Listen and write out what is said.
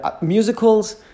musicals